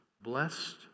Blessed